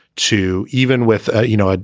too. even with, ah you know, ah